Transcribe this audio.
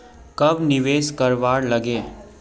कब निवेश करवार लागे?